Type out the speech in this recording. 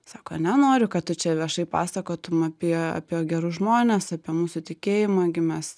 sako nenoriu kad tu čia viešai pasakotum apie apie gerus žmones apie mūsų tikėjimą gi mes